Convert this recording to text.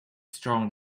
strong